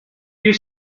you